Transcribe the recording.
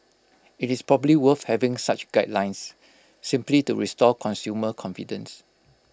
IT is probably worth having such guidelines simply to restore consumer confidence